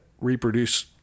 reproduce